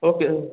okay